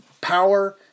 power